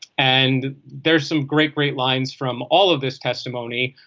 and there some great great lines from all of this testimony.